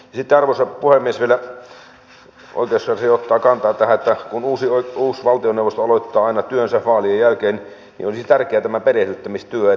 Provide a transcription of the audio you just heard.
sitten arvoisa puhemies oikeuskansleri ottaa kantaa vielä tähän että kun uusi valtioneuvosto aloittaa aina työnsä vaalien jälkeen niin olisi tärkeää tämä perehdyttämistyö että pystyttäisiin tekemään laadukasta työtä